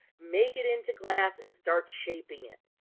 make it into glass and start shaping it.